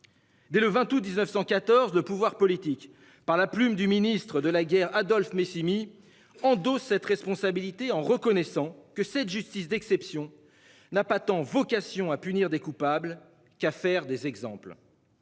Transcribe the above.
Dès le 20 août 1914, de pouvoir politique par la plume du Ministre de la guerre, Adolf Messi mis en 2, cette responsabilité en reconnaissant que cette justice d'exception n'a pas tant vocation à punir des coupables qu'à faire des exemples.